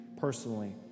personally